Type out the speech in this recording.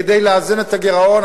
כדי לאזן את הגירעון,